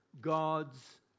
God's